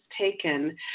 taken